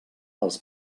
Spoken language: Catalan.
als